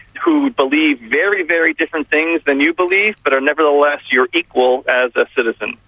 who believe very, very different things than you believe, but are nevertheless your equal as a citizen.